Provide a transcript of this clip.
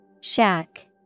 Shack